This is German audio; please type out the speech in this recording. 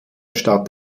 stadt